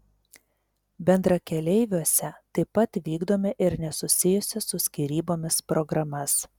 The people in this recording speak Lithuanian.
bendrakeleiviuose taip pat vykdome ir nesusijusias su skyrybomis programas